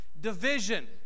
division